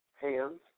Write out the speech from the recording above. hands